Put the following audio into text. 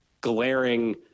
glaring